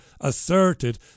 asserted